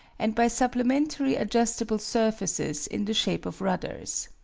and by supplementary adjustable surfaces in the shape of rudders.